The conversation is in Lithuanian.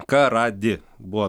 karadi buvo